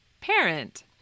parent